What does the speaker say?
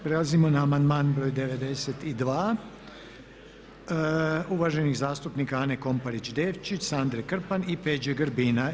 Prelazimo na amandman br. 92. uvaženih zastupnika Ane Komparić Devčić, Sandre Krpan i Peđe Grbina.